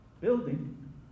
building